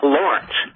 Lawrence